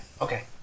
Okay